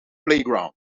playground